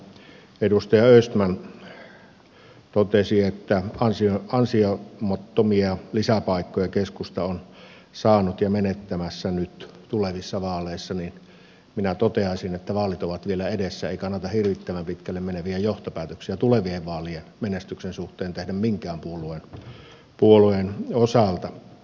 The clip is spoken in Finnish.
kun täällä edustaja östman totesi että ansiottomia lisäpaikkoja keskusta on saanut ja menettämässä nyt tulevissa vaaleissa niin minä toteaisin että vaalit ovat vielä edessä ei kannata hirvittävän pitkälle meneviä johtopäätöksiä tulevien vaalien menestyksen suhteen tehdä minkään puolueen osalta